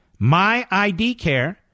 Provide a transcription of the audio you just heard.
Myidcare